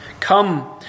Come